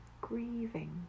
grieving